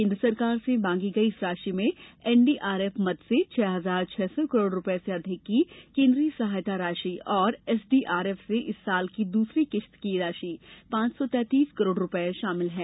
केन्द्र सरकार से मांगी गई इस राशि में एनडीआरएफ मद से छह हजार छह सौ करोड़ रूपये से अधिक की केन्द्रीय सहायता राशि और एसडीआरएफ से इस वर्ष की दूसरी किस्त की राशि पांच सौ तेंतीस करोड़ रूपये शामिल हैं